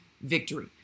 victory